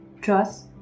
trust